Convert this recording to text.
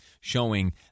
Showing